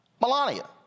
melania